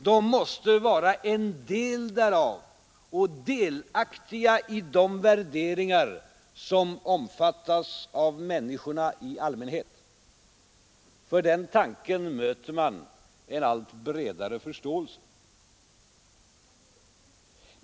De måste vara en del därav och delaktiga i de värderingar som omfattas av människorna i allmänhet. För den tanken möter man en allt bredare förståelse.